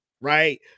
right